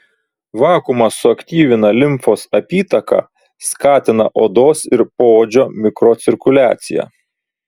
vakuumas suaktyvina limfos apytaką skatina odos ir poodžio mikrocirkuliaciją